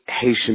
Haitian